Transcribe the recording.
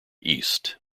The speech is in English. east